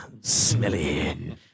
smelly